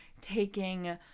taking